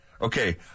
Okay